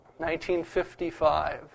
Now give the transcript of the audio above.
1955